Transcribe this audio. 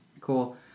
cool